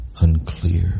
unclear